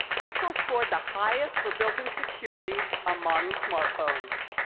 pixel scored the highest for built-in security among smartphones.